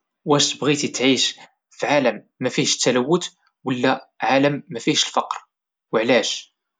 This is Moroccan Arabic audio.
واش بغيتي تعيش فعالم مافيهش التلوث ولا فعالم مافيهش الفقر وعلاش؟.